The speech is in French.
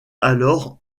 alors